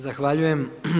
Zahvaljujem.